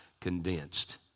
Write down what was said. condensed